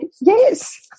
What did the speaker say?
yes